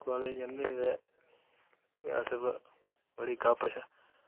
college जंदे हे तां अस बड़ी गपशप